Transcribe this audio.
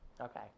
Okay